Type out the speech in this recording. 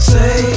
Say